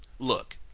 look,